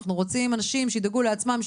אנחנו רוצים אנשים שידאגו לעצמם,